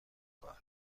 کار